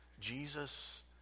Jesus